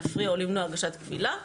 להפריע או למנוע הגשת קבילה,